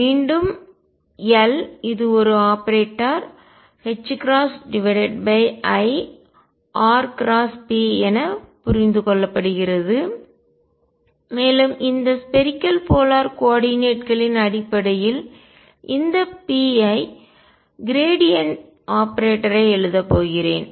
எனவே மீண்டும் L இது ஒரு ஆபரேட்டர் ir×p என புரிந்து கொள்ளப்படுகிறது மேலும் இந்த ஸ்பேரிக்கல் போலார் கோள துருவ கோஆர்டினேட் ஆயத்தொகுதி களின் அடிப்படையில் இந்த p ஐ க்ரேடிஎன்ட் சாய்வு ஆபரேட்டரை எழுதப் போகிறேன்